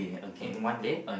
in one day